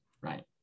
Right